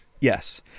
Yes